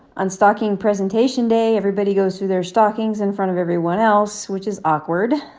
on stocking presentation day, everybody goes through their stockings in front of everyone else, which is awkward.